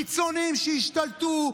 קיצוניים שהשתלטו,